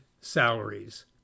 salaries